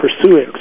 pursuing